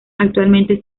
actualmente